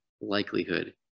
likelihood